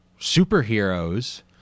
superheroes